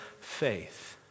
faith